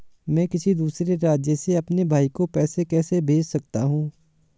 मैं किसी दूसरे राज्य से अपने भाई को पैसे कैसे भेज सकता हूं?